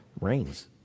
rains